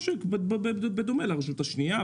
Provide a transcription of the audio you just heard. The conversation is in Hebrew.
בדומה לרשות השנייה,